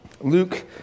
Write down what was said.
Luke